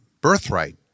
birthright